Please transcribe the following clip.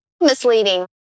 misleading